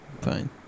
Fine